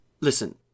Listen